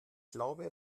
glaube